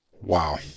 Wow